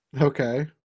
Okay